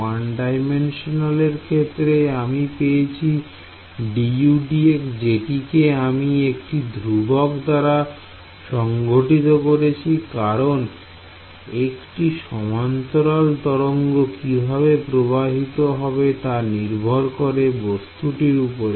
1D র ক্ষেত্রে আমি পেয়েছি dudx যেটিকে আমি একটি ধ্রুবক দ্বারা সংঘটিত করেছে কারণ একটি সমান্তরাল তরঙ্গ কিভাবে প্রবাহিত হবে তা নির্ভর করে বস্তুটির উপর